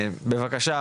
בבקשה,